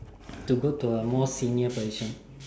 to go to a more senior position